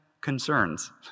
concerns